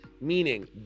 meaning